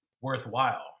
worthwhile